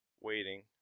waiting